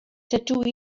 dydw